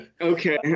Okay